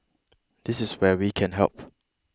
this is where we can help